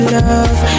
love